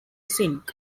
zinc